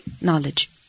knowledge